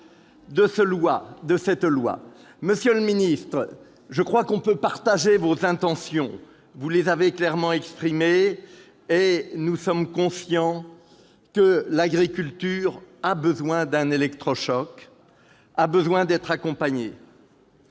projet de loi. Monsieur le ministre, je crois que l'on peut partager vos intentions, que vous avez clairement exprimées. Nous sommes conscients que l'agriculture a besoin d'un électrochoc, qu'elle a besoin d'être accompagnée.